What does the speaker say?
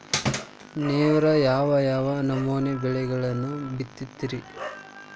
ನೇವು ಯಾವ್ ಯಾವ್ ನಮೂನಿ ಬೆಳಿಗೊಳನ್ನ ಬಿತ್ತತಿರಿ?